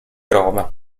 roma